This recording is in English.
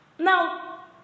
Now